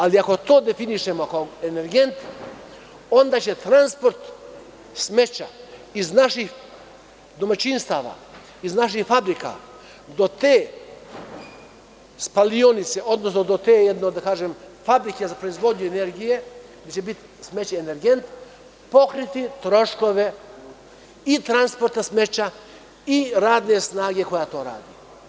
Ako to definišemo kao energent, onda će transport smeća iz naših domaćinstava, iz naših fabrika, do te spalionice, odnosno do te fabrike za proizvodnju energije, gde će biti smeće energent, pokriti troškove i transporta smeća i radne snage koja to radi.